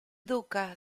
duca